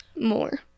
more